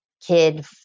kid